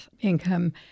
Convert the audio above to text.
income